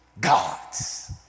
gods